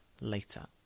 later